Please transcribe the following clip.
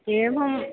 एवम्